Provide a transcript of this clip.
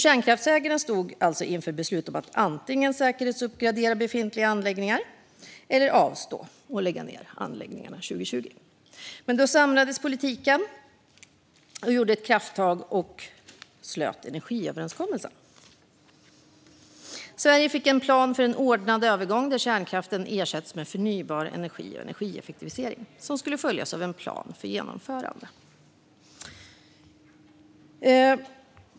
Kärnkraftsägarna stod alltså inför ett beslut att antingen säkerhetsuppgradera befintliga anläggningar eller avstå och därmed lägga ned anläggningarna 2020. Men då samlade sig politikerna, tog ett krafttag och slöt en energiöverenskommelse. Sverige fick därmed en plan för en ordnad övergång där kärnkraften skulle ersättas av förnybar energi och energieffektivisering. Det skulle följas av en plan för genomförandet.